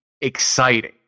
exciting